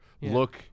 look